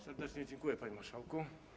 Serdecznie dziękuję, panie marszałku.